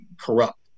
corrupt